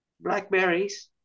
blackberries